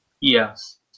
Yes